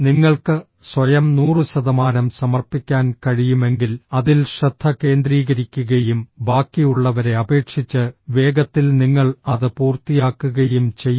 നിങ്ങൾക്ക് സ്വയം 100 ശതമാനം സമർപ്പിക്കാൻ കഴിയുമെങ്കിൽ അതിൽ ശ്രദ്ധ കേന്ദ്രീകരിക്കുകയും ബാക്കിയുള്ളവരെ അപേക്ഷിച്ച് വേഗത്തിൽ നിങ്ങൾ അത് പൂർത്തിയാക്കുകയും ചെയ്യും